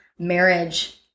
marriage